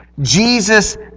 Jesus